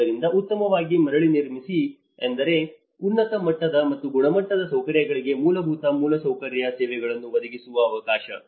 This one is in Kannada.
ಆದ್ದರಿಂದ ಉತ್ತಮವಾಗಿ ಮರಳಿ ನಿರ್ಮಿಸಿ ಎಂದರೆ ಉನ್ನತ ಮಟ್ಟದ ಮತ್ತು ಗುಣಮಟ್ಟದ ಸೌಕರ್ಯಗಳಿಗೆ ಮೂಲಭೂತ ಮೂಲಸೌಕರ್ಯ ಸೇವೆಗಳನ್ನು ಒದಗಿಸುವ ಅವಕಾಶ